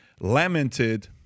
lamented